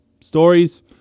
stories